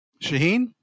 Shaheen